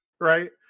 right